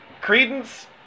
Credence